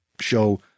show